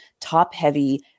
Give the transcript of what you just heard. top-heavy